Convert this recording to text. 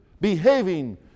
behaving